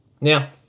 Now